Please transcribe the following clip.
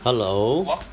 hello